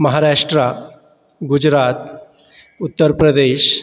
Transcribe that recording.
Maharashtra Gujarat Uttar Pradesh